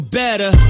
better